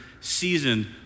season